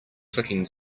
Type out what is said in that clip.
clicking